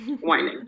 whining